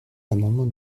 l’amendement